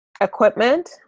equipment